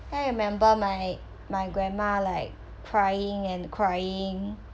I remember my my grandma like crying and crying